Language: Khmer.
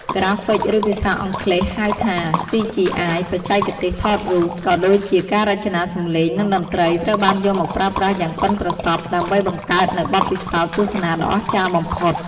ក្រាហ្វិក ឬភាសាអង់គ្លេសហៅថា CGI បច្ចេកទេសថតរូបភាព ក៏ដូចជាការរចនាសំឡេង និងតន្ត្រីត្រូវបានយកមកប្រើប្រាស់យ៉ាងប៉ិនប្រសប់ដើម្បីបង្កើតនូវបទពិសោធន៍ទស្សនាដ៏អស្ចារ្យបំផុត។